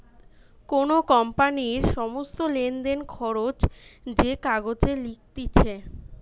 কোন কোম্পানির সমস্ত লেনদেন, খরচ যে কাগজে লিখতিছে